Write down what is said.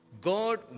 God